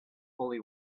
fully